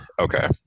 Okay